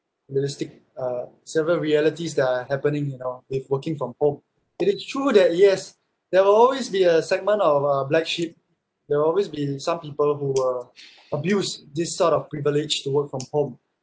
realistic uh several realities that are happening you know with working from home it is true that yes there will always be a segment of uh black sheep there will always be some people who uh abuse this sort of privilege to work from home